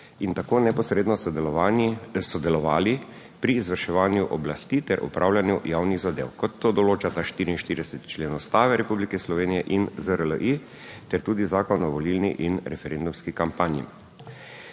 in tako neposredno sodelovali pri izvrševanju oblasti ter upravljanju javnih zadev kot to določata 44. člen Ustave Republike Slovenije in ZRLI ter tudi Zakon o volilni in referendumski kampanji.